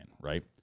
right